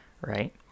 right